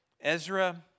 Ezra